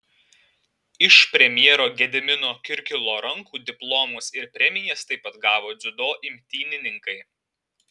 iš premjero gedimino kirkilo rankų diplomus ir premijas taip pat gavo dziudo imtynininkai